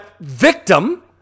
victim